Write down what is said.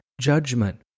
judgment